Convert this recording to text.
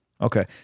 Okay